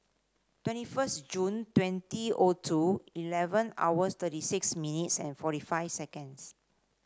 twenty first June twenty O two eleven hours thirty six minutes and forty five seconds